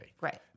Right